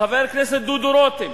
חבר הכנסת דודו רותם,